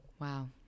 Wow